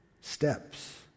steps